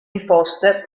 imposte